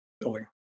building